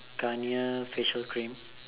Garnier facial cream